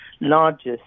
largest